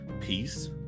peace